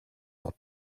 pour